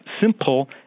simple